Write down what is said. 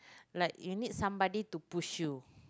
like you need somebody to push you